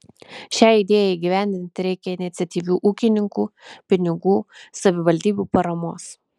šiai idėjai įgyvendinti reikia iniciatyvių ūkininkų pinigų savivaldybių paramos